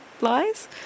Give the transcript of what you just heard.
lies